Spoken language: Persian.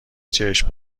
چشم